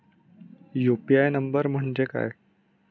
UPI number म्हणजे काय?